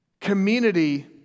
Community